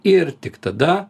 ir tik tada